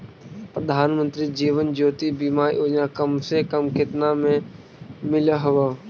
प्रधानमंत्री जीवन ज्योति बीमा योजना कम से कम केतना में मिल हव